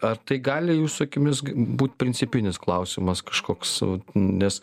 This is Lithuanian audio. ar tai gali jūsų akimis būt principinis klausimas kažkoks nes